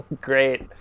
Great